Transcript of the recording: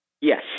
Yes